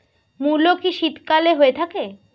মূলো কি শীতকালে হয়ে থাকে?